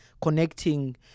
connecting